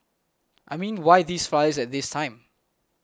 I mean why these flyers at this time